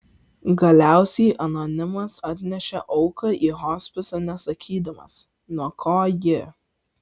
galiausiai anonimas atnešė auką į hospisą nesakydamas nuo ko ji